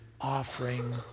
offering